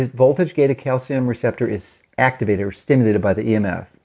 ah voltage gated calcium receptor is activated or stimulated by the emf